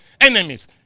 enemies